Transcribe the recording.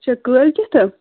اَچھا کٲلۍ کٮ۪تھ ہا